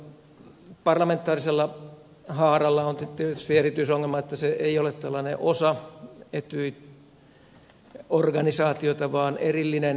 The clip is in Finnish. tällä parlamentaarisella haaralla on tietysti se erityisongelma että se ei ole tällainen osa etyj organisaatiota vaan se on erillinen